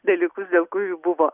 dalykus dėl kurių buvo